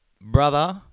brother